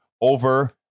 over